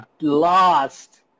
lost